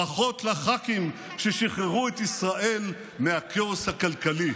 ברכות לח"כים ששחררו את ישראל מהכאוס הכלכלי.